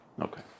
Okay